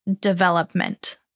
development